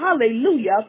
hallelujah